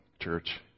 church